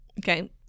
Okay